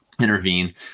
intervene